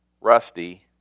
Rusty